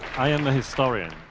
i am a historian,